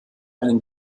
einen